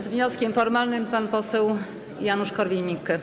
Z wnioskiem formalnym pan poseł Janusz Korwin-Mikke.